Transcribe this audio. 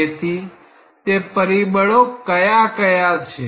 તેથી તે પરિબળો કયા કયા છે